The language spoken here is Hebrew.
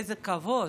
איזה כבוד.